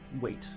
wait